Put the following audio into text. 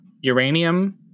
uranium